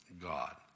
God